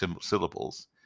syllables